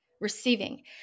receiving